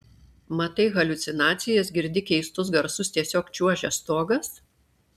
matai haliucinacijas girdi keistus garsus tiesiog čiuožia stogas